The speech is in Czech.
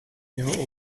něho